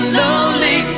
lonely